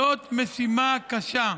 זאת משימה קשה.